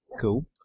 Cool